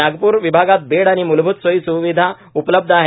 नागपूर विभागात बेड आणि मूलभूत सोयी स्विधा उपलब्ध आहेत